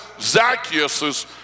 Zacchaeus